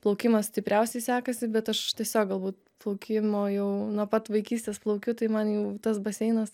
plaukimas stipriausiai sekasi bet aš tiesiog galbūt plaukimo jau nuo pat vaikystės plaukiu tai man jau tas baseinas